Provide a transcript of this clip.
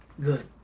good